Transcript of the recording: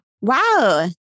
Wow